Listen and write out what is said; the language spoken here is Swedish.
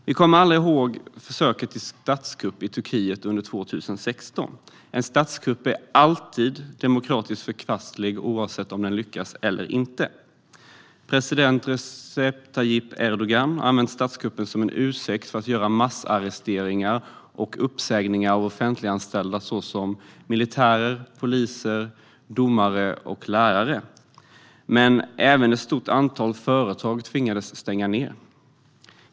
Vi kommer alla ihåg försöket till statskupp i Turkiet under 2016. En statskupp är alltid demokratiskt förkastlig oavsett om den lyckas eller inte. President Recep Tayyip Erdogan har använt statskuppen som en ursäkt för att göra massarresteringar och massuppsägningar av offentliganställda, såsom militärer, poliser, domare och lärare. Men även ett stort antal företag tvingades stänga ned.